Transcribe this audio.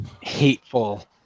hateful